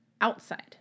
outside